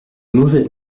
mauvaise